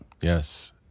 Yes